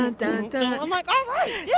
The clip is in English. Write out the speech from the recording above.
ah i'm like all right, yeah!